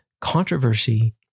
controversy